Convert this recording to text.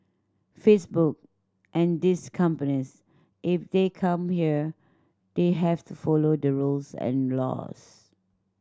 Facebook and these companies if they come here they have to follow the rules and laws